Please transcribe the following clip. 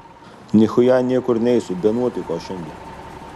nichuja niekur neisiu be nuotaikos šiandien